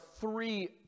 three